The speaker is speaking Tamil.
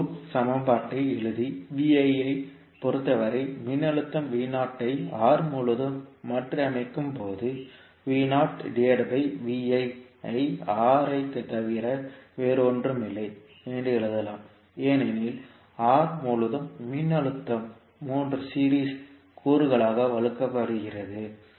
நாம் லூப் சமன்பாட்டை எழுதி ஐப் பொறுத்தவரை மின்னழுத்தம் ஐ R முழுவதும் மாற்றியமைக்கும்போது ஐ R ஐத் தவிர வேறொன்றுமில்லை என்று எழுதலாம் ஏனெனில் R முழுவதும் மின்னழுத்தம் 3 சீரிஸ் கூறுகளால் வகுக்கப்படுகிறது